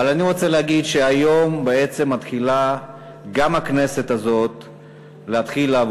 אבל אני רוצה להגיד שהיום בעצם מתחילה גם הכנסת הזאת לעבוד,